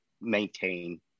maintain